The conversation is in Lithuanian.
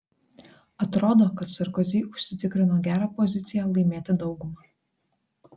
atrodo kad sarkozy užsitikrino gerą poziciją laimėti daugumą